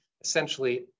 essentially